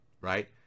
Right